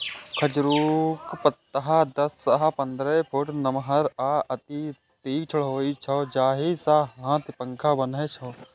खजूरक पत्ता दस सं पंद्रह फुट नमहर आ अति तीक्ष्ण होइ छै, जाहि सं हाथ पंखा बनै छै